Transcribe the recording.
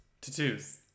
Tattoos